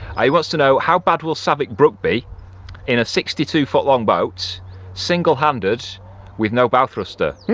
he wants to know how bad will savick brook be in a sixty two foot long boats single-handed with no bow thruster. yeah